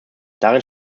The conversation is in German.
darin